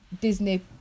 Disney